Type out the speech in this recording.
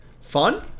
Fun